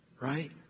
right